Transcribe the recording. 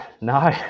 No